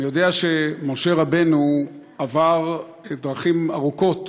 אני יודע שמשה רבנו עבר דרכים ארוכות